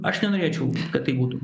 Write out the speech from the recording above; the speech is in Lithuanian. aš nenorėčiau kad taip būtų